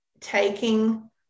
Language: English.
taking